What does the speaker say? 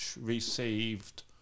received